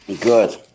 Good